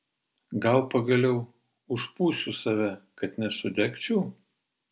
gal pagaliau užpūsiu save kad nesudegčiau